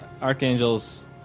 Archangel's